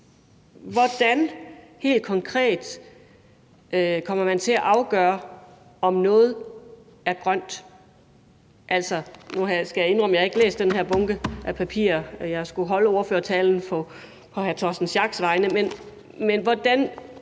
man helt konkret til at afgøre, om noget er grønt?